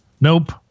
Nope